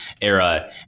era